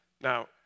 Now